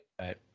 Right